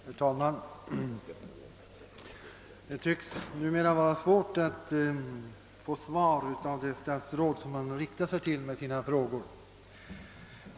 Herr talman! Det tycks numera vara svårt att få svar av det statsråd som man riktar sig till med sina frågor.